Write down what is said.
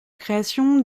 création